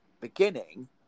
beginning